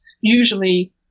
usually